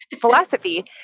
philosophy